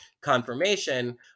confirmation